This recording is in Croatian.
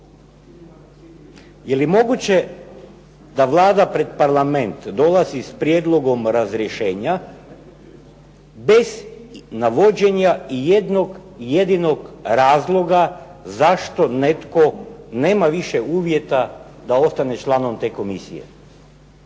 Je li moguće da Vlada pred Parlament dolazi s prijedlogom razrješenja bez navođenja ijednog jedinog razloga zašto netko nema više uvjeta da ostane članom te komisije?